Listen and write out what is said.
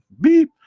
beep